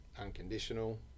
unconditional